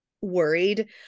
worried